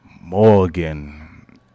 Morgan